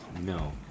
No